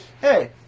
Hey